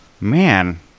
Man